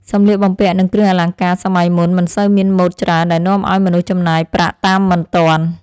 សម្លៀកបំពាក់និងគ្រឿងអលង្ការសម័យមុនមិនសូវមានម៉ូដច្រើនដែលនាំឱ្យមនុស្សចំណាយប្រាក់តាមមិនទាន់។